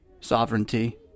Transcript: sovereignty